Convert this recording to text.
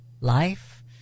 life